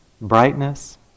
brightness